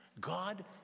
God